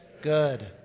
good